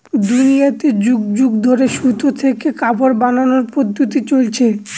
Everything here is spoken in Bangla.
দুনিয়াতে যুগ যুগ ধরে সুতা থেকে কাপড় বানানোর পদ্ধপ্তি চলছে